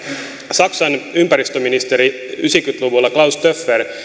saksan ympäristöministeri yhdeksänkymmentä luvulla klaus töpfer